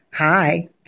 Hi